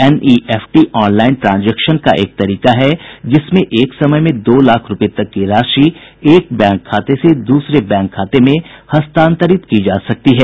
NEFT online transaction का एक तरीका है जिसमें एक समय में दो लाख रूपये तक की राशि एक बैंक खाते से दूसरे बैंक खाते में हस्तांतरित की जा सकती है